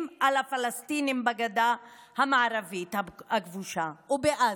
על הפלסטינים בגדה המערבית הכבושה ובעזה.